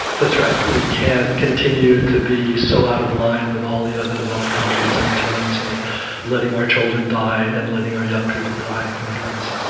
that's right, we can't continue to be so out of line with all the other developed countries in terms of letting our children die and letting our young people die from guns.